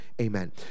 Amen